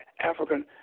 African